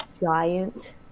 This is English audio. giant